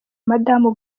madamu